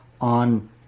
on